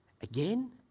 again